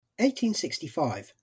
1865